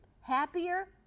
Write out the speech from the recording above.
Happier